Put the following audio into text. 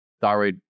thyroid